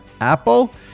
Apple